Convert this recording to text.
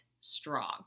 strong